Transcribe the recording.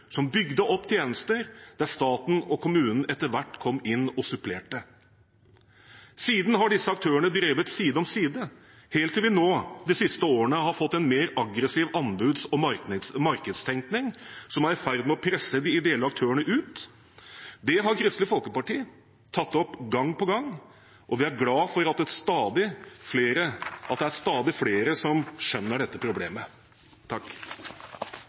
som bygde opp tjenester der staten og kommunen etter hvert kom inn og supplerte. Siden har disse aktørene drevet side om side, helt til vi de siste årene har fått en mer aggressiv anbuds- og markedstenkning som er i ferd med å presse de ideelle aktørene ut. Det har Kristelig Folkeparti tatt opp gang på gang, og vi er glade for at stadig flere